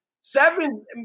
Seven